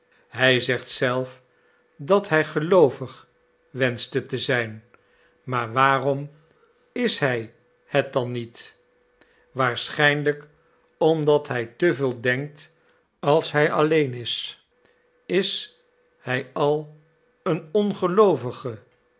hij zegt zelf dat hij geloovig wenschte te zijn maar waarom is hij het dan niet waarschijnlijk omdat hij te veel denkt als hij alleen is is hij al een